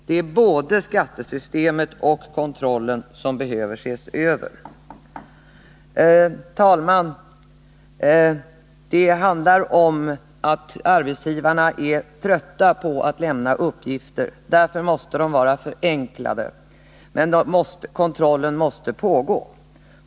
Det är både skattesystemet och kontrollen som behöver ses över. Herr talman! Det handlar om att arbetsgivarna är trötta på att lämna uppgifter. Därför måste dessa vara förenklade, men kontrollen måste pågå.